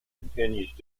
continues